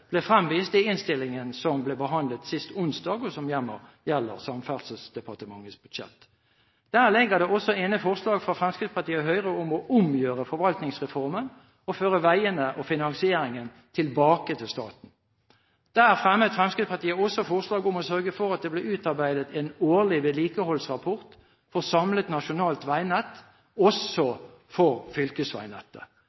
ble fremvist i innstillingen som ble behandlet i Stortinget sist onsdag, som gjelder Samferdselsdepartementets budsjett. Der ligger det også inne forslag fra Fremskrittspartiet og Høyre om å omgjøre Forvaltningsreformen og føre veiene og finansieringen tilbake til staten. Der fremmet Fremskrittspartiet også forslag om å sørge for at det blir utarbeidet en årlig vedlikeholdsrapport for samlet nasjonalt veinett, også